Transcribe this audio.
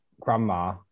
grandma